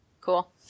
Cool